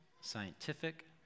scientific